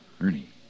Ernie